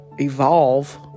evolve